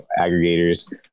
aggregators